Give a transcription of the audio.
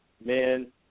men